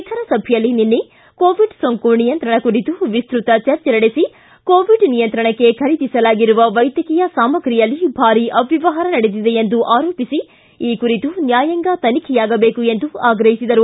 ವಿಧಾನಸಭೆಯಲ್ಲಿ ನಿನ್ನೆ ಕೋವಿಡ್ ಸೋಂಕು ನಿಯಂತ್ರಣ ಕುರಿತು ವಿಸ್ತತ ಚರ್ಚೆ ನಡೆಸಿ ಕೋವಿಡ್ ನಿಯಂತ್ರಣಕ್ಕೆ ಖರೀದಿಸಲಾಗಿರುವ ವೈದ್ಧಕೀಯ ಸಾಮಗ್ರಿಯಲ್ಲಿ ಭಾರೀ ಅವ್ಯವಹಾರ ನಡೆದಿದೆ ಎಂದು ಆರೋಪಿಸಿ ಈ ಕುರಿತು ನ್ವಾಯಾಂಗ ತನಿಖೆಯಾಗಬೇಕು ಎಂದು ಆಗ್ರಹಿಸಿದರು